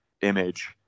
image